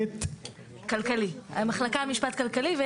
אני מהמחלקה למשפט כלכלי במשרד המשפטים,